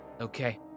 Okay